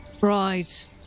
right